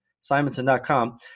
simonson.com